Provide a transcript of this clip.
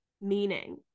meaning